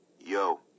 Yo